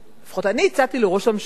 לפחות אני הצעתי לראש הממשלה,